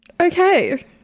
Okay